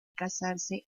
casarse